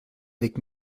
avec